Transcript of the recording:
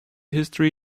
history